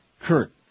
Kurt